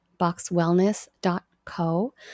boxwellness.co